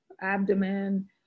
abdomen